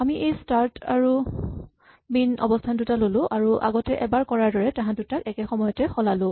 আমি এই স্টাৰ্ট আৰু মিন অৱস্হান দুটা ল'লো আৰু আগতে এবাৰ কৰাৰ দৰে তাহাঁত দুটাক একে সময়তে সলালো